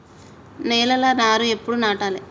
నేలలా నారు ఎప్పుడు నాటాలె?